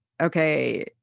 okay